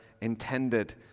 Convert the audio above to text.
intended